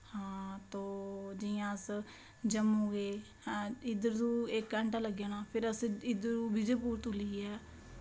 हां तो जियां अस जम्मू गे हैं इध्दर तू इक्क घैंटा लग्गी जाना फिर असैं इध्दरू विजयपुर तू लेइयै